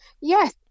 Yes